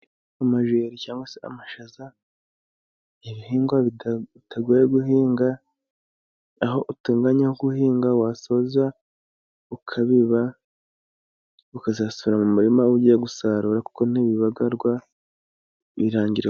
Amajeri cyangwa se amashaza, ibihingwa bitagoye guhinga, aho utunga ganya guhinga wasoza ukabiba ukazasora mu murima ugiye gusarura kuko ntibigarwa birangimo